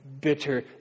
bitter